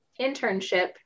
internship